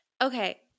Okay